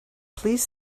please